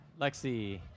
Lexi